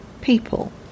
people